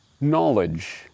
knowledge